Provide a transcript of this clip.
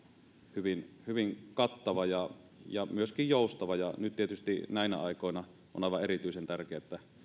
hyvin hyvin kattava ja myöskin joustava ja nyt tietysti näinä aikoina on aivan erityisen tärkeää että